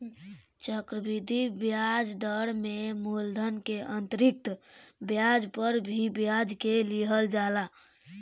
चक्रवृद्धि ब्याज दर में मूलधन के अतिरिक्त ब्याज पर भी ब्याज के लिहल जाला